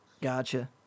gotcha